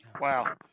Wow